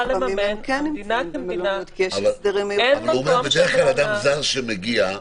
אומר, בדרך כלל אדם זר שמגיע-